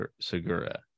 Segura